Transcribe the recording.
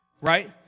right